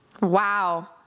Wow